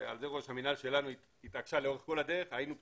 ועל זה ראש המינהל שלנו התעקשה לאורך כל הדרך היינו פתוחים.